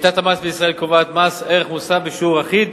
שיטת המס בישראל קובעת מס ערך מוסף בשיעור אחיד